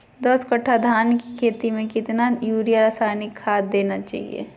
दस कट्टा धान की खेती में कितना यूरिया रासायनिक खाद देना चाहिए?